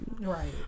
Right